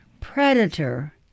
Predator